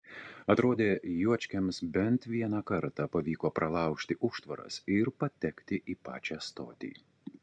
atrodė juočkiams bent vieną kartą pavyko pralaužti užtvaras ir patekti į pačią stotį